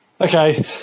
Okay